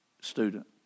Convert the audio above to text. student